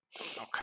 Okay